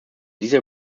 dieser